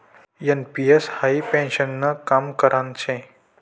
NPS हाई पेन्शननं काम करान शे